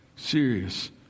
serious